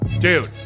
Dude